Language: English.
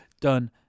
done